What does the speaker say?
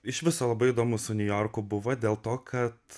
iš viso labai įdomu su niujorku buvo dėl to kad